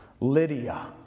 Lydia